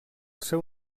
seu